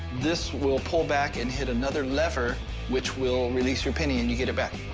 this will pull back and hit another lever which will release your penny, and you get it back.